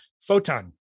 photon